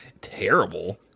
terrible